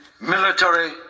military